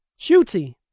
Shooty